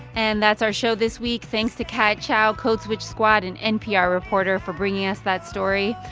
and that's our show this week. thanks to kat chow, code switch squad and npr reporter, for bringing us that story.